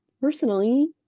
personally